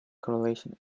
correlation